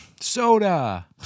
Soda